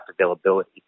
availability